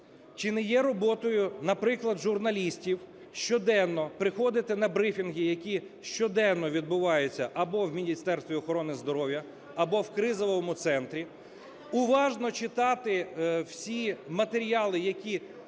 Чи не є роботою, наприклад, журналістів щоденно приходити на брифінги, які щоденно відбуваються або в Міністерстві охорони здоров'я, або в кризовому центрі, уважно читати всі матеріали, які